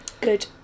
Good